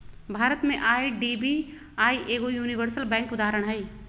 भारत में आई.डी.बी.आई एगो universal bank के उदाहरण हइ